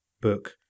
book